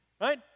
right